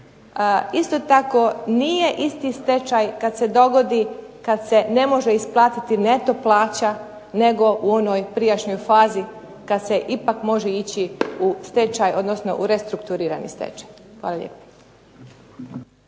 Isto tako nije isti stečaj kad se dogodi, kad se ne može isplatiti neto plaća, nego u onoj prijašnjoj fazi kad se ipak može ići u stečaj, odnosno u restrukturirani stečaj. Hvala lijepa.